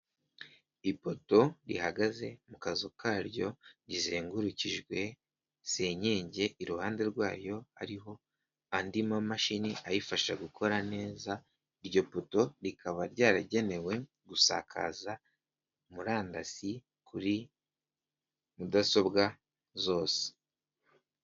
Ipoto rihagaze mu kazu karyo rizengurukijwe sekingi iruhande rwayo hariho andi mamashini ayifasha gukora neza, iryo poto rikaba ryaragenewe gusakaza murandasi kuri mudasobwa zose.